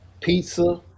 pizza